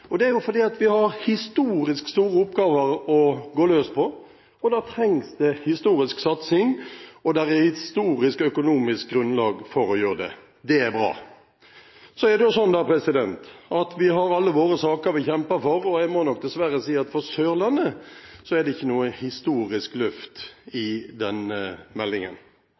Og det er jo fordi vi har historisk store oppgaver å gå løs på, og da trengs det historisk satsing, og det er et historisk økonomisk grunnlag for å gjøre det. Det er bra. Vi har alle våre saker som vi kjemper for, og jeg må nok dessverre si at for Sørlandet er det ikke noe historisk løft i denne meldingen.